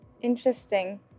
Interesting